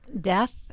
death